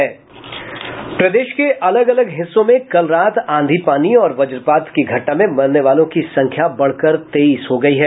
प्रदेश के अलग अलग हिस्सों में कल रात आंधी पानी और वज्रपात की घटना में मरने वालों की संख्या बढ़कर तेईस हो गयी है